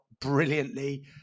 brilliantly